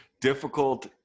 difficult